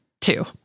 two